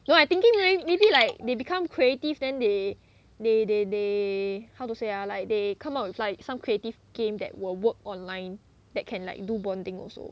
no I thinking may maybe like they become creative then they they they they how to say ah like they come up with like some creative game that will work online that can like do bonding also